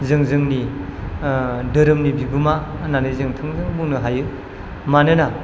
जों जोंनि दोरोमनि बिगोमा होननानै जों थोंजों बुंनो हायो मानोना